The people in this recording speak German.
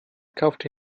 kaufte